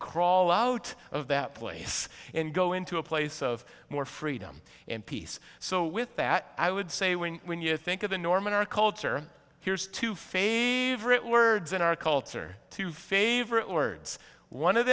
crawl out of that place and go into a place of more freedom and peace so with that i would say when when you think of the norm in our culture here's two phase of written words in our culture two favorite words one of